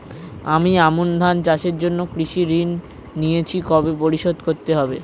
আমি আমন ধান চাষের জন্য কৃষি ঋণ নিয়েছি কবে পরিশোধ করতে হবে?